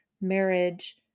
marriage